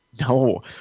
No